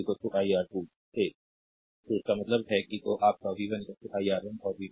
slide time देखें 1629 तो इसका मतलब है कि तो आप का v 1 i R1 और v 2 i R2